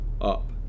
up